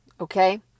Okay